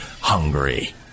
hungry